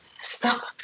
Stop